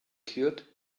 cured